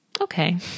okay